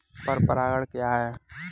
पर परागण क्या है?